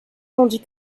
tandis